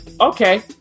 okay